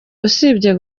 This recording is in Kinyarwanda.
usibye